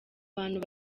bantu